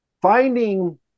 Finding